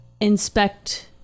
Inspect